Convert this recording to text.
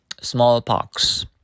smallpox